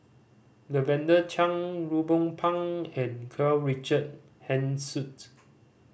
Lavender Chang Ruben Pang and Karl Richard Hanitsch